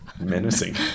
Menacing